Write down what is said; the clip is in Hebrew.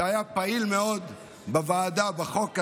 שהיה פעיל מאוד בוועדה בחוק הזה,